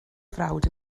frawd